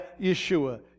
Yeshua